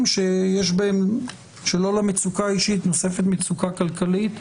שיש בהם ולא למצוקה האישית נוספת מצוקה כלכלית.